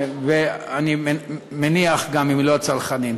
ואני מניח שגם לא עם הצרכנים.